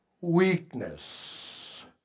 weakness